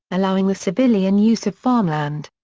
allowing the civilian use of farmland.